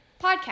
podcast